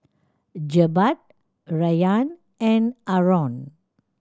Jebat Rayyan and Aaron